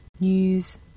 news